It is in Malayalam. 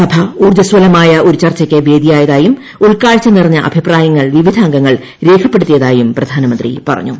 സഭ ഊർജ്ജസ്വലമായ്ക്ക് ഒരു ചർച്ചയ്ക്ക് വേദിയായതായും ഉൾക്കാഴ്ച്ചു നിര്ഞ്ഞ അഭിപ്രായങ്ങൾ വിവിധ അംഗങ്ങൾ രേഖപ്പെടുത്തിയിൽയും പ്രധാനമന്ത്രി പറഞ്ഞു